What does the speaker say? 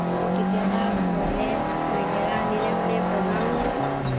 আকৌ কেতিয়াবা ঘৰলৈ নাগাৰা আনিলে মানে বজাওঁ